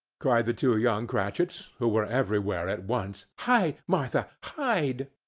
cried the two young cratchits, who were everywhere at once. hide, martha, hide!